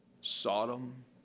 Sodom